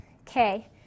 Okay